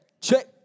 check